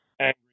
angry